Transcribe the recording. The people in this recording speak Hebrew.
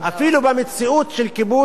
אפילו במציאות של כיבוש,